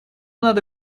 надо